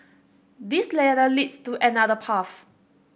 this ladder leads to another path